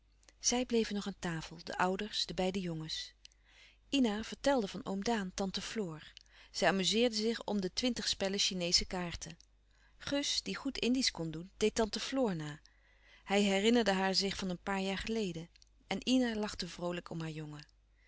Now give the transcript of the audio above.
zij bleven nog aan tafel de ouders de beide jongens ina vertelde van oom daan tante floor zij amuzeerden zich om de twintig spellen chineesche kaarten gus die goed indiesch kon doen deed tante floor na hij herinnerde haar zich van een paar jaar geleden en ina lachte vroolijk om haar jongen